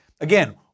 Again